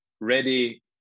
ready